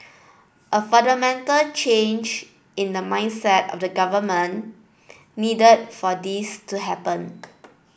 a fundamental change in the mindset of the government needed for this to happen